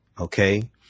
Okay